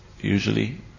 usually